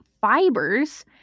fibers